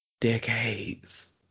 Decades